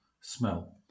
smell